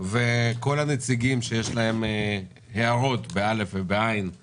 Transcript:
כל הנציגים שיש להם הארות והערות לצו,